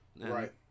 Right